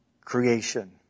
creation